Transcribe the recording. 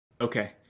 Okay